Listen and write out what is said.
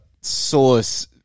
source